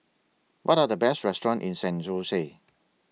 What Are The Best restaurants in San Jose